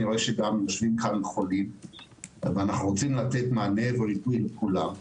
אני רואה שגם כאן יושבים חולים ואנחנו רוצים לתת מענה וריפוי לכולם,